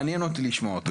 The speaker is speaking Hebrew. מעניין אותי לשמוע אותו.